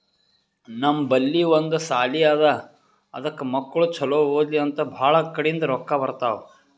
ನಮ್ ಬಲ್ಲಿ ಒಂದ್ ಸಾಲಿ ಅದಾ ಅದಕ್ ಮಕ್ಕುಳ್ ಛಲೋ ಓದ್ಲಿ ಅಂತ್ ಭಾಳ ಕಡಿಂದ್ ರೊಕ್ಕಾ ಬರ್ತಾವ್